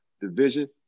division